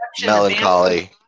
melancholy